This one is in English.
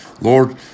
Lord